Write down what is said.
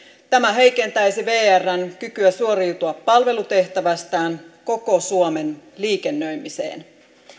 tämä heikentäisi vrn kykyä suoriutua palvelutehtävästään koko suomen liikennöimiseen